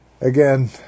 again